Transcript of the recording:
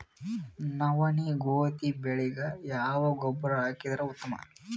ನವನಿ, ಗೋಧಿ ಬೆಳಿಗ ಯಾವ ಗೊಬ್ಬರ ಹಾಕಿದರ ಉತ್ತಮ?